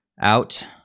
out